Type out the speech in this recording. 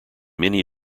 many